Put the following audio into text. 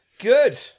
good